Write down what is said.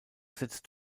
setzt